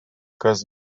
kas